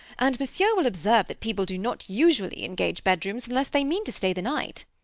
and monsieur will observe that people do not usually engage bedrooms unless they mean to stay the night.